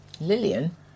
Lillian